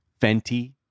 Fenty